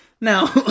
Now